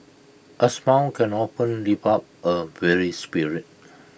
A smile can often lift up A weary spirit